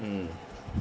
mm